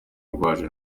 rwacu